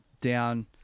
down